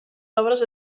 obres